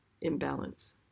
imbalance